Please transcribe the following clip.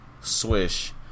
Swish